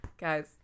Guys